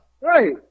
Right